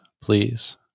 please